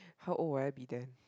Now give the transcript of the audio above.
how old will I be then